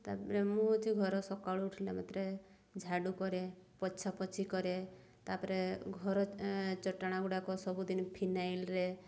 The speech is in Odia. ତା'ପରେ ମୁଁ ହେଉଛି ଘର ସକାଳୁ ଉଠିଲା ମାତ୍ରେ ଝାଡ଼ୁ କରେ ପୋଛା ପୋଛି କରେ ତା'ପରେ ଘର ଚଟାଣ ଗୁଡ଼ାକ ସବୁଦିନ ଫିନାଇଲ୍ରେ